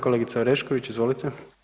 Kolegice Orešković, izvolite.